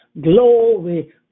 glory